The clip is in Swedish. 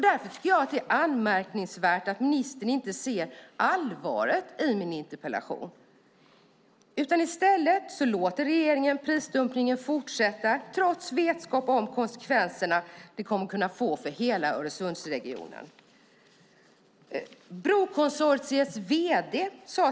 Därför tycker jag att det är anmärkningsvärt att ministern inte ser allvaret i min interpellation. I stället låter regeringen prisdumpningen fortsätta, trots vetskap om de konsekvenser det kommer att kunna få för hela Öresundsregionen.